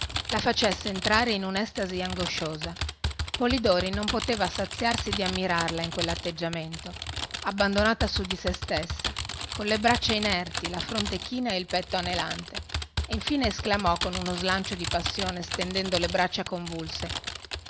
la facesse entrare in unestasi angosciosa polidori non poteva saziarsi di ammirarla in quellatteggiamento abbandonata su di sè stessa colle braccia inerti la fronte china e il petto anelante e infine esclamò con uno slancio di passione stendendo le braccia convulse